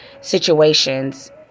situations